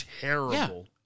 terrible